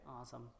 awesome